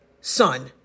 son